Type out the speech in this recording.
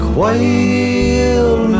wild